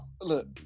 Look